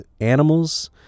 animals